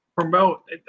promote